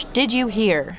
didyouhear